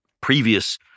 previous